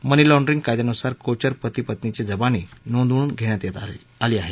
मनी laundering कायद्यानुसार कोचर पती पत्नीची जबानी नोंदवून घेण्यात आली आहे